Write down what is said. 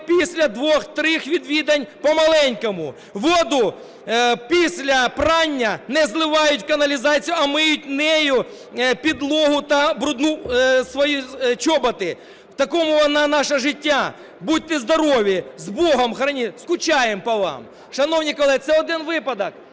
після двох-трьох відвідань по-маленькому, воду після прання не зливають в каналізацію, а миють нею підлогу та брудні свої чоботи. Таке воно наше життя. Будьте здорові! З Богом! Скучаємо по вам". Шановні колеги, це один випадок.